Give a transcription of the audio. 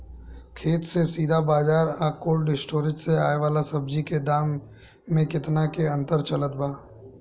खेत से सीधा बाज़ार आ कोल्ड स्टोर से आवे वाला सब्जी के दाम में केतना के अंतर चलत बा?